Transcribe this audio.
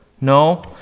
No